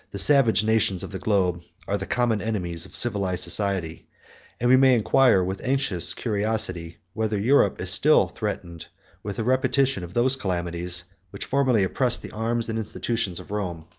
the savage nations of the globe are the common enemies of civilized society and we may inquire, with anxious curiosity, whether europe is still threatened with a repetition of those calamities, which formerly oppressed the arms and institutions of rome.